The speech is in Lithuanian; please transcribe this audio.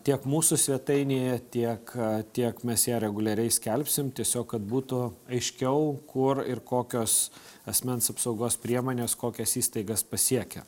tiek mūsų svetainėje tiek tiek mes ją reguliariai skelbsim tiesiog kad būtų aiškiau kur ir kokios asmens apsaugos priemonės kokias įstaigas pasiekė